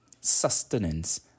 sustenance